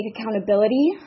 accountability